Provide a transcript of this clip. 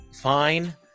fine